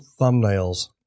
thumbnails